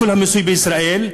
בכל המיסוי בישראל,